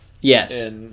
Yes